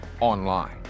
online